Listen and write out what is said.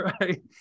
right